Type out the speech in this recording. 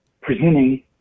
presenting